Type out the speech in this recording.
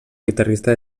guitarrista